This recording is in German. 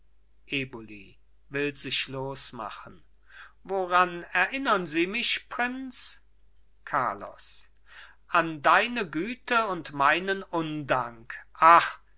eboli will sich losmachen woran erinnern sie mich prinz carlos an deine güte und meinen undank ach